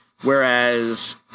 whereas